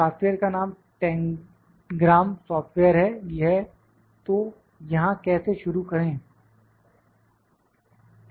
software का नाम tangram software है तो यहां कैसे शुरू करें